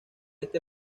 este